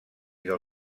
del